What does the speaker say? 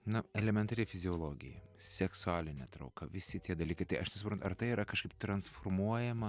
na elementari fiziologija seksualinė trauka visi tie dalykai tai aš nesuprantu ar tai yra kažkaip transformuojama